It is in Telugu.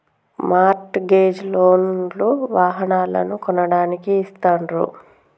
మార్ట్ గేజ్ లోన్ లు వాహనాలను కొనడానికి ఇస్తాండ్రు